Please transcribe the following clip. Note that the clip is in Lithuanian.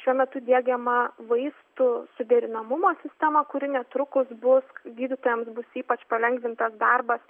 šiuo metu diegiama vaistų suderinamumo sistema kuri netrukus bus gydytojams bus ypač palengvintas darbas